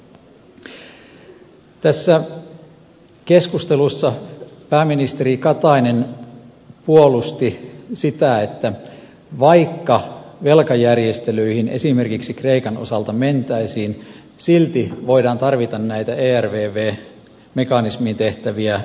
tässä keskustelussa pääministeri katainen puolusti sitä että vaikka velkajärjestelyihin esimerkiksi kreikan osalta mentäisiin silti voidaan tarvita näitä ervv mekanismiin tehtäviä muutoksia